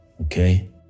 Okay